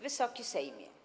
Wysoki Sejmie!